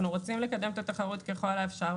אנחנו רוצים לקדם באמת את התחרות ככל האפשר,